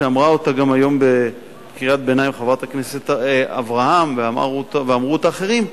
שאמרה אותה גם היום בקריאת ביניים חברת הכנסת אברהם ואמרו אותה אחרים,